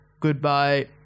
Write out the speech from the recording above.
Goodbye